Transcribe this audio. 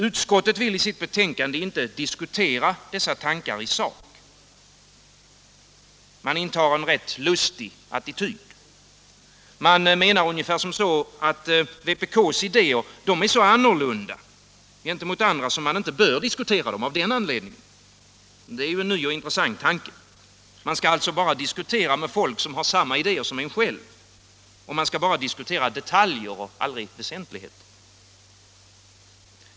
Utskottet vill i sitt betänkande inte diskutera dessa tankar i sak. Man intar en rätt lustig attityd. Man menar ungefär som så, att vpk:s idéer är så annorlunda att man av den anledningen inte bör diskutera dem. Det är en ny och intressant tanke. Man skall alltså diskutera bara med folk som har samma idéer som man själv. Man skall bara diskutera detaljer, aldrig väsentligheter.